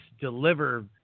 deliver